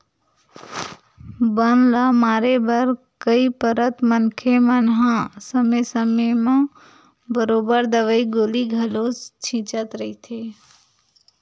बन ल मारे बर कई पइत मनखे मन हा समे समे म बरोबर दवई गोली घलो छिंचत रहिथे